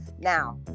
Now